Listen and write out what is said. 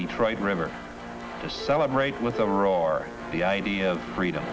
detroit river to celebrate with the roar the idea of freedom